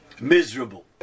miserable